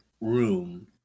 room